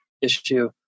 issue